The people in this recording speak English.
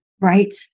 Right